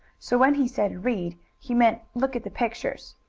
so when he said read he meant look at the pictures.